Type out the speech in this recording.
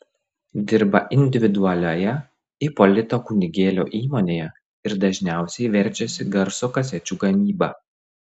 dirba individualioje ipolito kunigėlio įmonėje ir dažniausiai verčiasi garso kasečių gamyba